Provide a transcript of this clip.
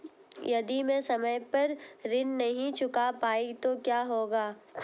यदि मैं समय पर ऋण नहीं चुका पाई तो क्या होगा?